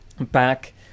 back